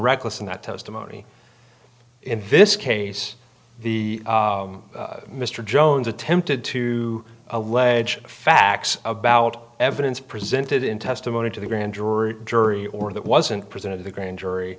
reckless in that testimony in this case the mr jones attempted to allege facts about evidence presented in testimony to the grand jury jury or that wasn't presented to the grand jury